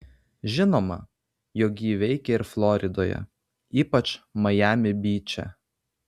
žinoma jog ji veikia ir floridoje ypač majami byče